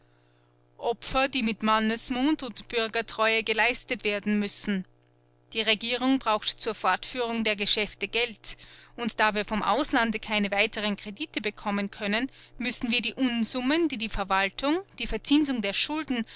opfer die mit mannesmut und bürgertreue geleistet werden müssen die regierung braucht zur fortführung der geschäfte geld und da wir vom auslande keine weiteren kredite bekommen können müssen wir die unsummen die die verwaltung die verzinsung der schulden